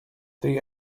the